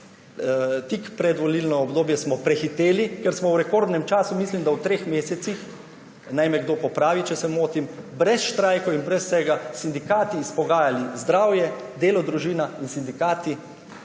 tik predvolilno obdobje prehiteli, ker smo v rekordnem času, mislim da v treh mesecih, naj me kdo popravi, če se motim, brez štrajkov in brez vsega s sindikati izpogajali, zdravje, delo, družina in sindikati,